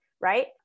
right